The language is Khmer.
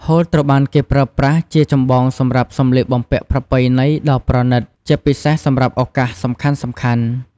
ហូលត្រូវបានគេប្រើប្រាស់ជាចម្បងសម្រាប់សំលៀកបំពាក់ប្រពៃណីដ៏ប្រណីត ជាពិសេសសម្រាប់ឱកាសសំខាន់ៗ។